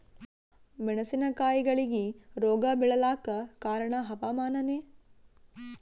ಮೆಣಸಿನ ಕಾಯಿಗಳಿಗಿ ರೋಗ ಬಿಳಲಾಕ ಕಾರಣ ಹವಾಮಾನನೇ?